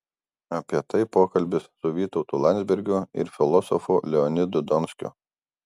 apie tai pokalbis su vytautu landsbergiu ir filosofu leonidu donskiu